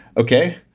okay,